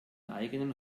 eigenen